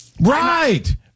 Right